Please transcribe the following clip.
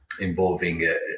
involving